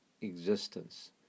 existence